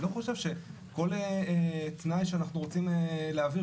אני לא חושב שכל תנאי שאנחנו רוצים להעביר,